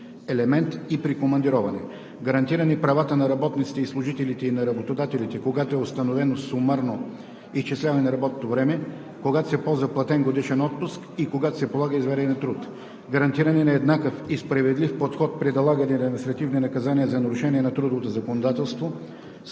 елемент и при командироване; гарантиране правата на работниците и служителите и на работодателите, когато е установено сумирано изчисляване на работното време, когато се ползва платен годишен отпуск и когато се полага извънреден труд; гарантиране на еднакъв и справедлив подход при налагане на административни наказания за нарушения на трудовото законодателство